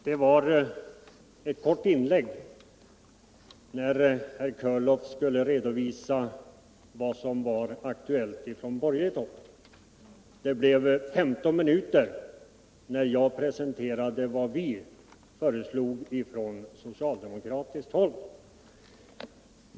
Herr talman! Det var ett kort inlägg herr Körlof gjorde när han skulle Torsdagen den redovisa vad som var aktuellt från borgerligt håll. För mig tog det 15 minuter 13 april 1978 att presentera vad vi föreslår från socialdemokratiskt håll.